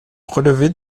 relevait